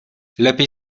lepiej